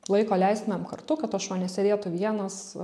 laiko leistumėm kartu kad tas šuo nesėdėtų vienas